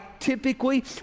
typically